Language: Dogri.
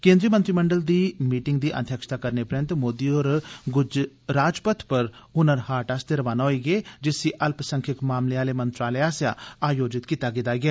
केन्द्री मंत्रीमंडल दी मीटिंग दी अध्यक्षता करने परैन्त मोदी होर राजपथ पर हुनर हाट आस्तै रवाना होई गे जिसी अल्पसंख्यक मामलें आले मंत्रालय आस्सेआ आयोजित कीता गेदा ऐ